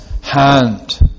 hand